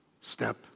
step